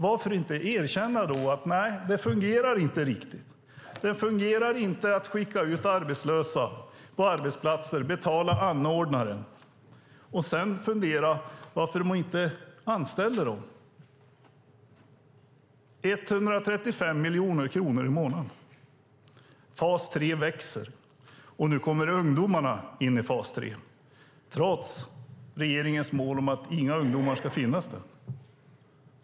Varför inte erkänna att det inte fungerar? Det fungerar inte att skicka ut arbetslösa på arbetsplatser, betala anordnare och sedan fundera på varför företagen inte anställer dem? Fas 3 kostar 135 miljoner kronor i månaden, och det växer. Nu kommer ungdomarna in i fas 3 trots regeringens mål att inga ungdomar ska finnas där.